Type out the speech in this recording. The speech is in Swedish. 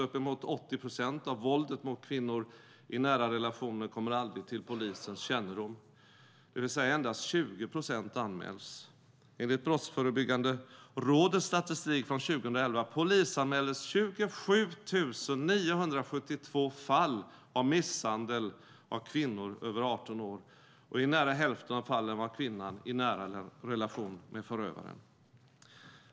Uppemot 80 procent av våldet mot kvinnor i nära relationer kommer aldrig till polisens kännedom, det vill säga att endast 20 procent anmäls. Enligt Brottsförebyggande rådets statistik från 2011 polisanmäldes 27 972 fall av misshandel av kvinnor över 18 år, och i nära hälften av fallen var kvinnan i nära relation med förövaren.